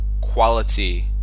quality